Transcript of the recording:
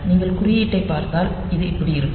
நீங்கள் குறியீட்டைப் பார்த்தால் அது இப்படி இருக்கும்